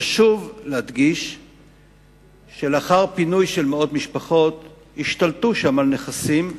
חשוב להדגיש שלאחר פינוי של מאות משפחות השתלטו שם על נכסים עבריינים,